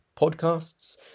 podcasts